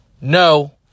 no